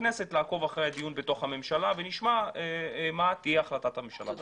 כנסת לעקוב אחרי הדיון בממשלה ונשמע מה תהיה החלטת הממשלה.